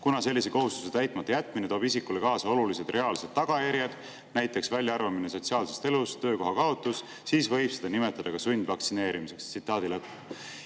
Kuna sellise kohustuse täitmata jätmine toob isikule kaasa olulised reaalsed tagajärjed (nt väljaarvamine sotsiaalsest elust, töökohakaotus), siis võib seda nimetada ka sundvaktsineerimiseks